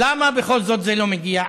למה בכל זאת זה לא מגיע?